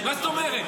מה זאת אומרת?